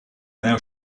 now